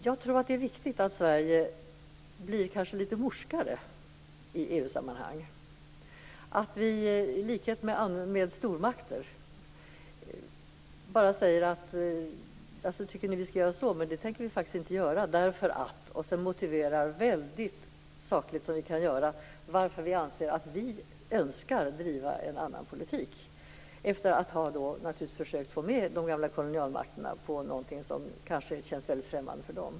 Jag tror att det är viktigt att Sverige blir litet morskare i EU-sammanhang, att Sverige i likhet med stormakterna säger: Jaså, tycker ni att vi skall göra på det sättet? Men det tänker vi faktiskt inte göra därför att ... Därefter motiverar vi väldigt sakligt varför vi anser att vi önskar driva en annan politik efter att ha försökt att få med de gamla kolonialmakterna på något som kanske känns väldigt främmande för dem.